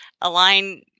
align